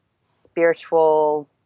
spiritual